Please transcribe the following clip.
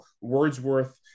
Wordsworth